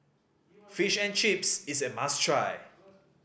Fish and Chips is a must try